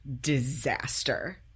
disaster